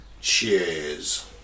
Cheers